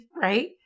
right